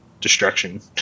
destruction